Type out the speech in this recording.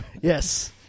Yes